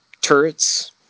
turrets